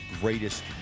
greatest